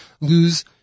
lose